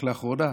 רק לאחרונה?